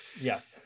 yes